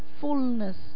Fullness